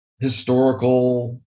historical